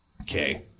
Okay